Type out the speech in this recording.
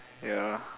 ya